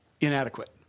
Inadequate